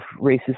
racism